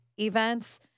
events